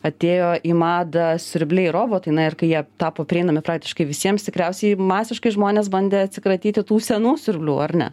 atėjo į madą siurbliai robotai na ir kai jie tapo prieinami praktiškai visiems tikriausiai masiškai žmonės bandė atsikratyti tų senų siurblių ar ne